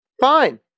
fine